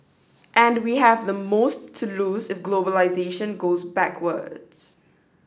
and we have the most to lose if globalisation goes backwards